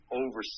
over